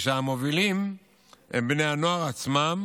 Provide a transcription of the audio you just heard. והמובילים הם בני הנוער עצמם,